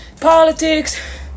politics